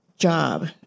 job